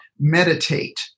meditate